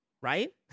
Right